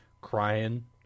crying